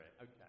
Okay